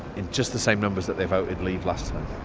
in just the same numbers that they've voted leave last time.